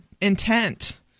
intent